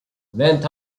went